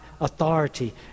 authority